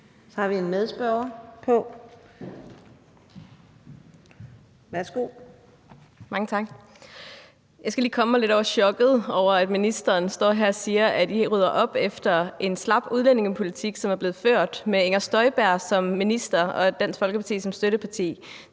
Susie Jessen (DD): Mange tak. Jeg skal lige komme mig lidt over chokket over, at ministeren står her og siger, at I rydder op efter en slap udlændingepolitik, som er blevet ført med Inger Støjberg som minister og Dansk Folkeparti som støtteparti.